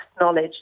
knowledge